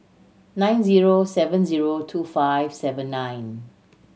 nine zero seven zero two five seven nine